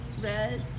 red